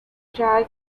dry